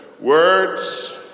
Words